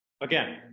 again